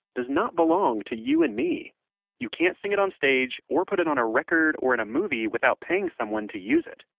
does not belong to you and me you can't sing it on stage, or put it on a record or in a movie without paying someone to use it.